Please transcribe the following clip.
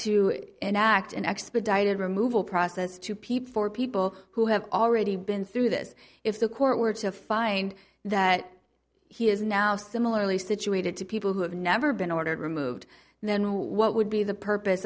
to enact an expedited removal process to people for people who have already been through this if the court were to find that he is now similarly situated to people who have never been ordered removed then what would be the purpose